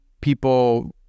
people